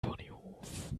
ponyhof